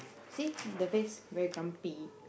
see the face very grumpy